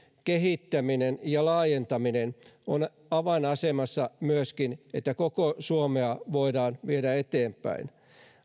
kehittäminen ja laajentaminen on avainasemassa siinä että koko suomea voidaan viedä eteenpäin